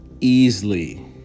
easily